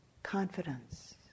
Confidence